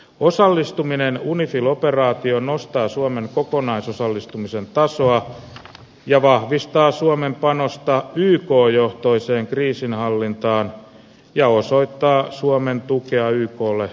osallistuminen unifil operaatioon nostaa suomen kokonaisosallistumisen tasoa ja vahvistaa suomen panosta yk johtoiseen kriisinhallintaan ja osoittaa suomen tukea yklle kokonaisuudessaan